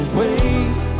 wait